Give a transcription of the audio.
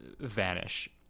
vanish